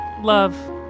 Love